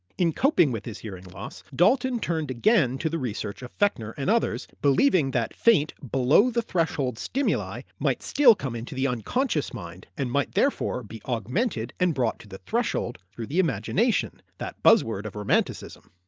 in coping with his hearing loss, galton turned again to the research of fechner and others, believing that faint below the threshold stimuli might still come into the unconscious mind and might therefore be augmented and brought to the threshold through the imagination, that buzzword of romanticism.